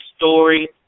story